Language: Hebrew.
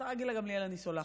לשרה גילה גמליאל אני סולחת.